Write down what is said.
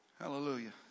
Hallelujah